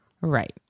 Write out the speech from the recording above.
Right